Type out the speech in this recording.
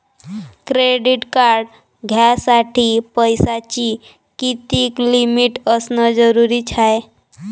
Credit card घ्यासाठी पैशाची कितीक लिमिट असनं जरुरीच हाय?